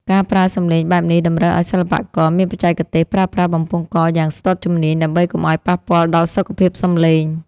ការប្រើសំឡេងបែបនេះតម្រូវឱ្យសិល្បករមានបច្ចេកទេសប្រើប្រាស់បំពង់កយ៉ាងស្ទាត់ជំនាញ ដើម្បីកុំឱ្យប៉ះពាល់ដល់សុខភាពសំឡេង។